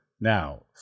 now